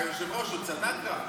היושב-ראש, הוא צדק.